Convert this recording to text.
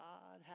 God